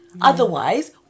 Otherwise